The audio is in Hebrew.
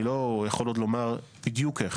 אני לא יכול עוד לומר בדיוק איך.